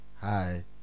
Hi